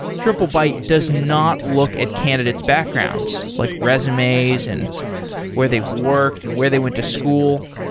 triplebyte does not look at candidate's backgrounds, like resumes and where they've worked and where they went to school.